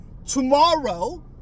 tomorrow